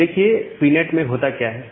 अब देखिए पीनैट में होता क्या है